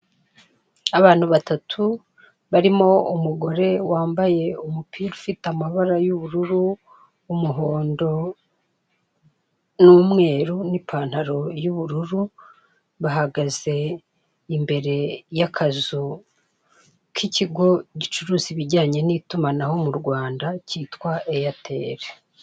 Abantu ba tatu barimo umugore wambaye umupira ufite amabara y'ubururu, umuhondo n'umweru ni pantaro y'ubururu, bahagaze imbere y'akazu k'ikigo gicuruza ibijyanye n'itumanaho mu U Rwanda kitwa Airtel.